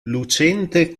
lucente